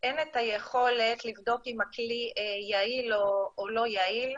אין את היכולת לבדוק אם הכלי יעיל או לא יעיל,